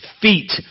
feet